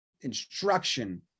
instruction